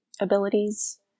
abilities